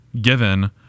given